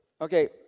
okay